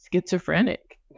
schizophrenic